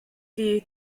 view